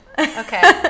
okay